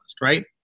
right